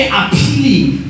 appealing